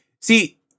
See